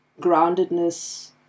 groundedness